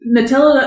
Nutella